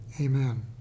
Amen